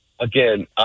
again